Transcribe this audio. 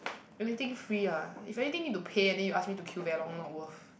anything free ah if anything need to pay and then you ask me to queue very long not worth